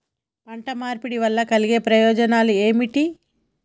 పంట మార్పిడి వల్ల కలిగే ప్రయోజనాలు ఏమిటి?